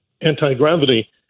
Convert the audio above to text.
Anti-gravity